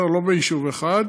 לא ביישוב אחד,